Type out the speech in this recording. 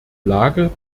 lage